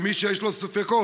למי שיש לו ספקות,